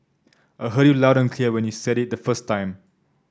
I heard you loud and clear when you said it the first time